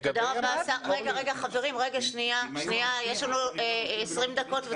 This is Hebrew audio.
חברים, יש לנו 20 דקות.